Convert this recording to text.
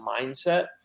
mindset